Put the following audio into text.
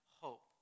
hope